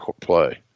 play